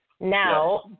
Now